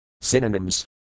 Synonyms